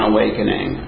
Awakening